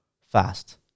fast